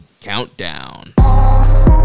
countdown